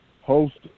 Host